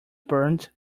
burned